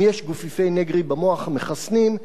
אם יש גופיפי נֶגְרִי במוח, מחסנים.